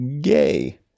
gay